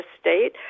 state